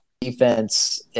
defense